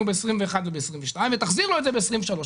ב-21' וב-22' ותחזיר לו את זה ב-23'.